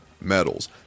medals